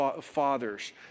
fathers